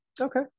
Okay